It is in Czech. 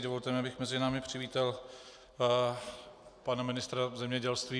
Dovolte mi, abych mezi námi přivítal pana ministra zemědělství.